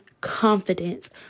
confidence